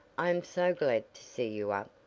i am so glad to see you up.